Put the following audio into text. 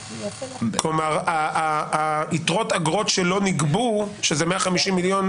כלומר, יתרות אגרות שלא נגבו, אותם 150,000,000,